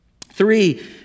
three